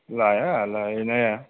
लाया लाहैनाया